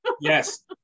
Yes